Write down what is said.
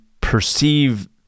perceive